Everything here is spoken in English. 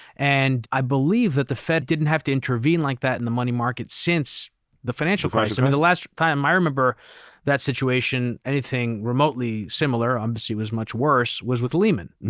and i believe that the fed didn't have to intervene like that in the money market since the financial crisis. i mean the last time i remember that situation, anything remotely similar, obviously it was much worse, was with lehman.